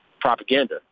propaganda